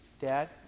Dad